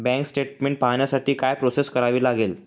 Bank statement पाहण्यासाठी काय process करावी लागेल?